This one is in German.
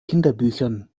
kinderbüchern